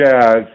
jazz